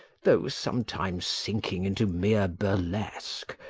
though sometimes sinking into mere burlesque,